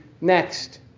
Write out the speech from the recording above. next